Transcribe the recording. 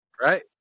Right